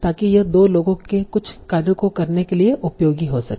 ताकि यह 2 लोगों के कुछ कार्यों को करने के लिए उपयोगी हो सके